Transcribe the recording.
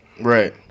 right